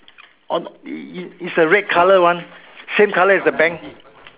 on i~ is a red colour one same colour as the bank